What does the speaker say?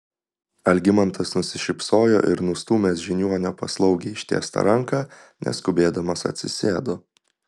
algimantas nusišypsojo ir nustūmęs žiniuonio paslaugiai ištiestą ranką neskubėdamas atsisėdo